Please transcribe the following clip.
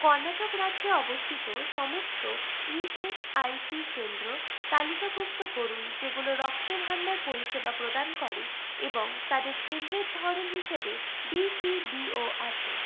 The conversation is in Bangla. কর্ণাটক রাজ্যে অবস্থিত সমস্ত ই এস আই সি কেন্দ্র তালিকাভুক্ত করুন যেগুলো রক্তভাণ্ডার পরিষেবা প্রদান করে এবং তাদের কেন্দ্রের ধরন হিসাবে ডি সি বি ও আছে